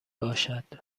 باشد